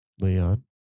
Leon